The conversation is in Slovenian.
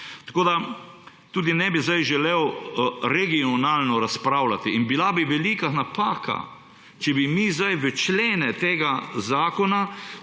odprli. Tudi ne bi sedaj želel regionalno razpravljati. In bila bi velika napaka, če bi mi sedaj v člene tega zakona